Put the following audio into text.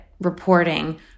reporting